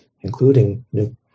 including